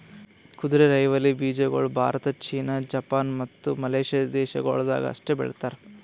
ಕುದುರೆರೈವಲಿ ಬೀಜಗೊಳ್ Bharat, China, Japan, ಮತ್ತ ಮಲೇಷ್ಯಾ ದೇಶಗೊಳ್ದಾಗ್ ಅಷ್ಟೆ ಬೆಳಸ್ತಾರ್